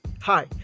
hi